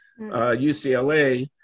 UCLA